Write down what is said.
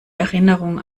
erinnerung